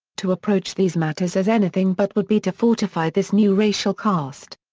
to approach these matters as anything but would be to fortify this new racial caste.